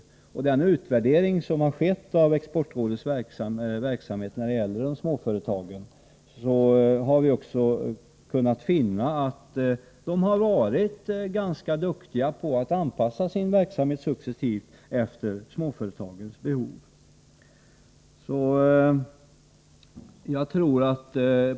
Vi har också av den utvärdering som skett av Exportrådets verksamhet när det gäller småföretagen kunnat finna att man har varit ganska duktig på att successivt anpassa sin verksamhet efter småföretagens behov.